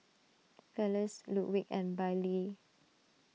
Felice Ludwig and Bailee